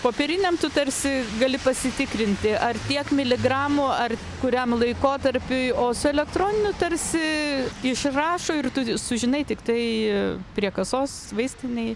popieriniam tu tarsi gali pasitikrinti ar tiek miligramų ar kuriam laikotarpiui o su elektroniniu tarsi išrašo ir tu sužinai tiktai prie kasos vaistinėj